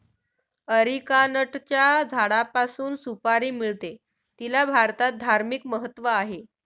अरिकानटच्या झाडापासून सुपारी मिळते, तिला भारतात धार्मिक महत्त्व आहे